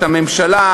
את הממשלה,